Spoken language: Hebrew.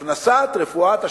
הכנסת רפואת השיניים,